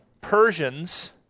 Persians